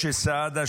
משה סעדה,